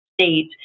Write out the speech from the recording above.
state